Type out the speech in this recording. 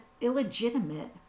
illegitimate